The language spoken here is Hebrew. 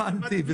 הבנתי.